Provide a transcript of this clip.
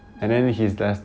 ya